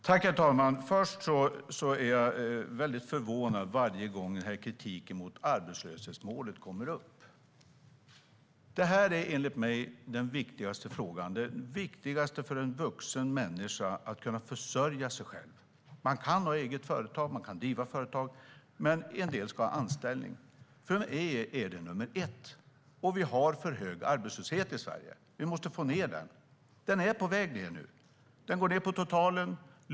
Herr talman! Först och främst blir jag förvånad varje gång denna kritik mot arbetslöshetsmålet kommer upp. Detta är enligt mig den viktigaste frågan. Det viktigaste för en vuxen människa är att kunna försörja sig själv. Man kan ha eget företag; man kan driva företag. Men en del ska ha anställning. För mig är det nummer ett. Vi har för hög arbetslöshet i Sverige. Vi måste få ned den. Den är på väg ned nu. Den går ned på totalen.